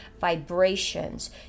vibrations